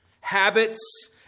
Habits